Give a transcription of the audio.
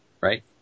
right